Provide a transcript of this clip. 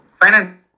finance